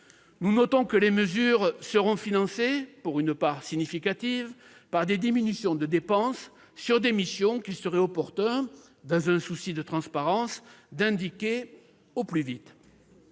Nous notons que les mesures seront, pour une part significative, financées par des diminutions de dépenses sur des missions qu'il serait opportun, dans un souci de transparence, d'indiquer au plus vite.